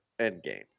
Endgame